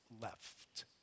left